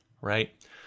right